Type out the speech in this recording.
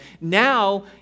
Now